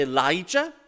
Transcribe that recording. Elijah